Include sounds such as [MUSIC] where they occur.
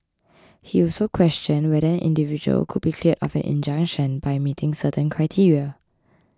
[NOISE] he also questioned whether an individual could be cleared of an injunction by meeting certain criteria